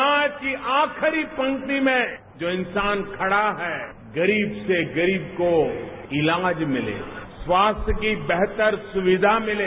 समाज की आखरी पक्ति में जो इंसान खड़ा है गरीब से गरीब को इलाज मिले स्वास्थ्य की बेहतर सुविधा मिले